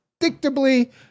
predictably